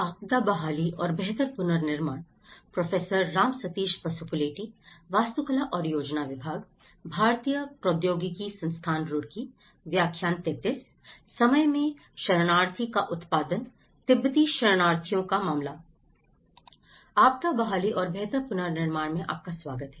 आपदा बहाली और बेहतर पुनर्निर्माण में आपका स्वागत है